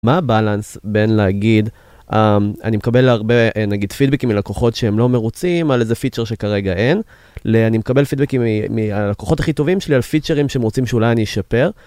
מה הבאלאנס בין להגיד, אני מקבל הרבה נגיד פידבקים מלקוחות שהם לא מרוצים על איזה פיצ'ר שכרגע אין, ואני מקבל פידבקים מלקוחות הכי טובים שלי על פיצ'רים שהם רוצים שאולי אני אשפר.